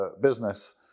business